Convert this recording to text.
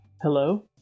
Hello